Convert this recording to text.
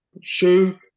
shoe